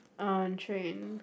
on train